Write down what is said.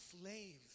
slaves